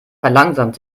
verlangsamt